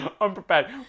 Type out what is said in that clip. unprepared